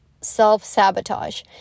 self-sabotage